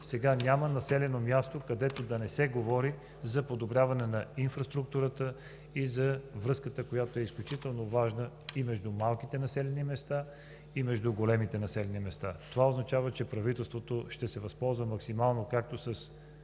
сега няма населено място, където да не се говори за подобряване на инфраструктурата и за връзката, която е изключително важна между малките населени места и големите населени места. Това означава, че правителството ще се възползва максимално, както с